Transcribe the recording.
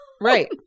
Right